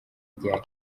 ryari